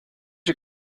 you